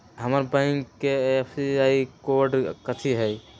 हमर बैंक के IFSC code कथि हई?